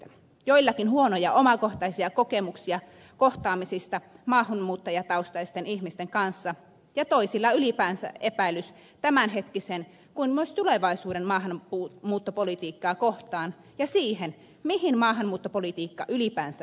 joillakin on huonoja omakohtaisia kokemuksia kohtaamisista maahanmuuttajataustaisten ihmisten kanssa ja toisilla ylipäänsä epäilys tämänhetkistä kuin myös tulevaisuuden maahanmuuttopolitiikkaa kohtaan ja sitä kohtaan mihin maahanmuuttopolitiikka ylipäänsä perustuu